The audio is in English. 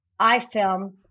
iFilm